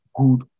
good